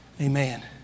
Amen